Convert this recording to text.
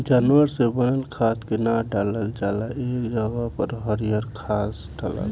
जानवर से बनल खाद के ना डालल जाला ए जगह पर हरियर घास डलाला